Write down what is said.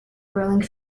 ruling